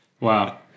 Wow